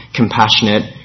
compassionate